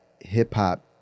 hip-hop